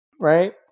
Right